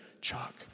Chuck